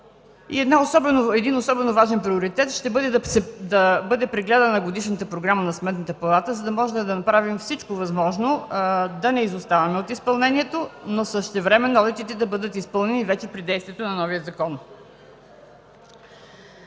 поръчки. Особено важен приоритет ще бъде да бъде прегледана годишната програма на Сметната палата, за да можем да направим всичко възможно да не изоставаме от изпълнението, но същевременно одитите да бъдат изпълнени вече при действието на новия закон.